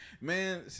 Man